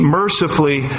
mercifully